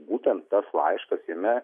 būtent tas laiškas jame